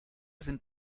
sind